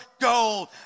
gold